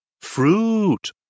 Fruit